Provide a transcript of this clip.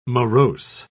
Morose